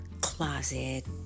closet